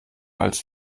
als